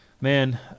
man